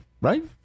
right